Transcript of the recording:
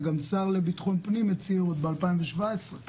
זה גם השר לביטחון הפנים שהצהיר עוד ב-2017 שעד